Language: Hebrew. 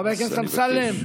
חבר הכנסת אמסלם,